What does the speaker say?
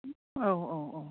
औ औ औ